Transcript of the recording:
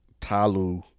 Talu